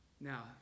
Now